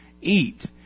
Eat